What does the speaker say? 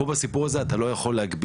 פה בסיפור הזה אתה לא יכול להגביל,